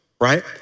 right